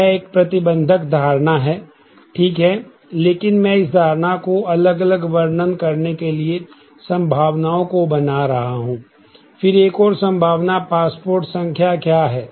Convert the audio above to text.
यह एक प्रतिबंधक धारणा है ठीक है लेकिन मैं इस धारणा को अलग अलग वर्णन करने के लिए संभावनाओं को बना रहा हूं फिर एक और संभावना पासपोर्ट संख्या क्या है